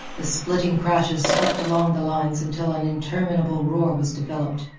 the splitting crashes swept along the lines until an interminable roar was developed.